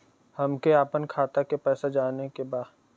हमके आपन खाता के पैसा जाने के बा